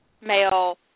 male